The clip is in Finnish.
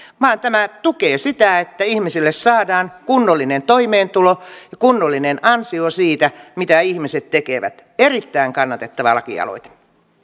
vaan tämä tukee sitä että ihmisille saadaan kunnollinen toimeentulo kunnollinen ansio siitä mitä ihmiset tekevät erittäin kannatettava lakialoite